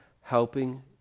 helping